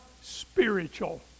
spiritual